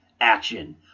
Action